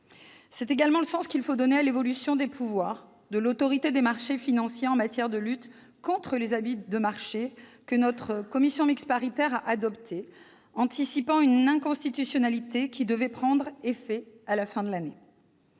C'est également le sens qu'il faut donner à l'évolution des pouvoirs de l'Autorité des marchés financiers en matière de lutte contre les abus de marché, adoptée par la commission mixte paritaire. Il s'agit d'anticiper une inconstitutionnalité qui devait prendre effet à la fin de l'année.